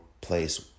place